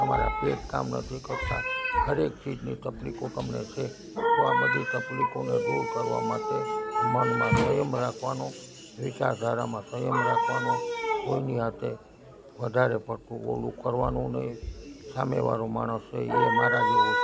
તમારા પેટ કામ નથી કરતાં દરેક ચીજની તકલીફો તમને છે તો આ બધી તકલીફોને દૂર કરવા માટે મનમાં સંયમ રાખવાનો વિચારધારામાં સંયમ રાખવાનો કોઈની સાથે વધારે પડતું ઓલું કરવાનું નહીં સામેવાળો માણસ હોય એ ય મારા જેવો